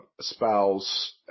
spouse